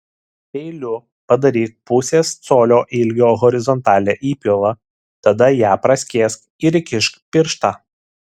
peiliu padaryk pusės colio ilgio horizontalią įpjovą tada ją praskėsk ir įkišk pirštą